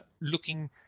looking